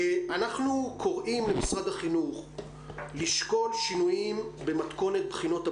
אנחנו קוראים למשרד החינוך לשקול שינויים במתכונת בחינות הבגרות,